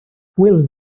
will